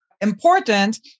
important